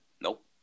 Nope